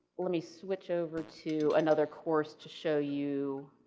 let me switch over to another course to show you